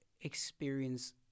experience